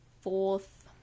fourth